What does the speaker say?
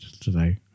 today